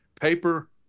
paper